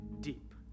deep